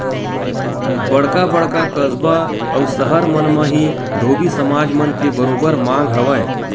बड़का बड़का कस्बा अउ सहर मन म ही धोबी समाज मन के बरोबर मांग हवय